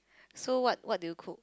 so what what do you cook